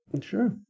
Sure